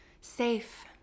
safe